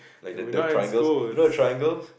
like the the triangles you know the triangles